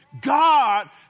God